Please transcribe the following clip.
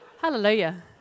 Hallelujah